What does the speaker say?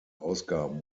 ausgaben